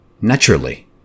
Naturally